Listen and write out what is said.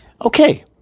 Okay